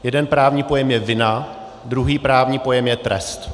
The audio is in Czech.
Jeden právní pojem je vina, druhý právní pojem je trest.